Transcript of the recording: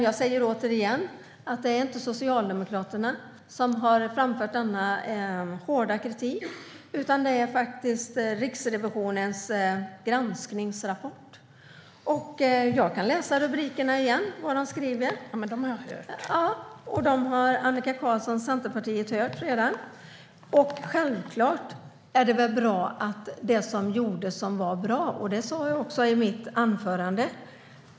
Jag säger återigen att det inte är Socialdemokraterna som har framfört denna hårda kritik, utan det är Riksrevisionen i sin granskningsrapport. Jag kan läsa rubrikerna igen för vad den skriver. : Dem har jag hört.) Dem har Annika Qarlsson från Centerpartiet redan hört. Självklart är det bra med det som gjordes som var bra. Det sa jag också i mitt anförande.